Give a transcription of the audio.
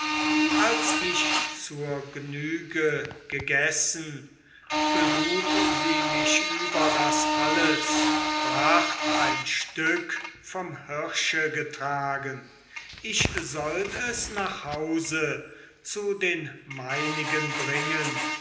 als ich zur gnüge gegessen belud sie mich über das alles bracht ein stück vom hirsche getragen ich sollt es nach hause zu den meinigen bringen